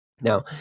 Now